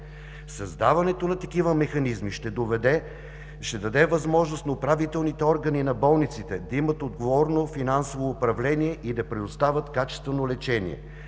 Създаването на такива механизми ще даде възможност на управителните органи на болниците да имат отговорно финансово управление и да предоставят качествено лечение.